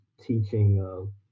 teaching